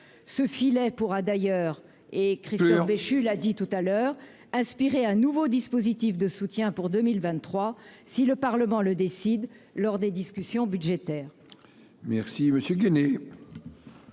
ce filet pourra d'ailleurs et Christophe Béchu l'a dit tout à l'heure, aspirer un nouveau dispositif de soutien pour 2023 si le Parlement le décide, lors des discussions budgétaires.